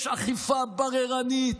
יש אכיפה בררנית,